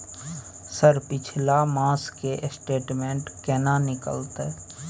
Sir पिछला मास के स्टेटमेंट केना निकलते?